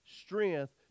strength